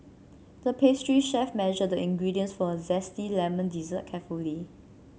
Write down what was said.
the pastry chef measured the ingredients for a zesty lemon dessert carefully